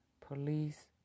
police